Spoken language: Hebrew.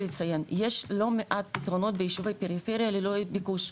לציין יש לא מעט פתרונות ביישובי פריפריה ללא ביקוש,